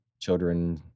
children